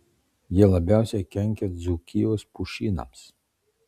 jie labiausiai kenkia dzūkijos pušynams